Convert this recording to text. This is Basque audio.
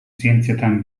zientzietan